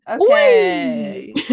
Okay